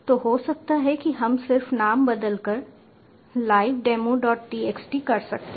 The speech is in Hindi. तो हो सकता है कि हम सिर्फ नाम बदलकर live demotxt कर सकते हैं